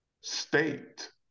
state